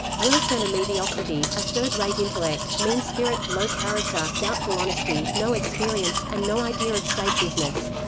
worse than a mediocrity a third rate intellect, mean spirit, low character, doubtful honesty, no experience, and no idea of state business.